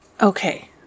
Okay